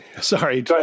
Sorry